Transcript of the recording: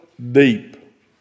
Deep